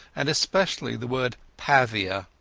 and especially the word apaviaa.